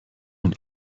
und